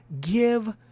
Give